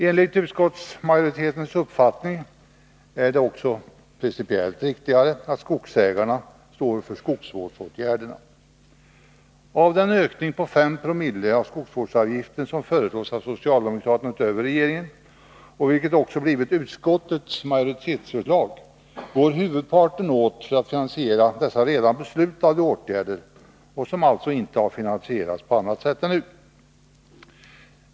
Enligt utskottsmajoritetens uppfattning är det också principiellt riktigare att skogsägarna står för skogsvårdsåtgärderna. Av den ökning på 5 Zoo av skogsvårdsavgiften som föreslås av socialdemokraterna utöver regeringens förslag och som nu också blivit utskottets majoritetsförslag går huvudparten åt för att finansiera de redan beslutade åtgärder som alltså hittills inte finansierats på annat sätt.